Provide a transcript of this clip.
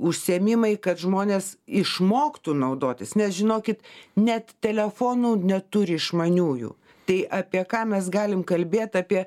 užsiėmimai kad žmonės išmoktų naudotis nes žinokit net telefonų neturi išmaniųjų tai apie ką mes galim kalbėt apie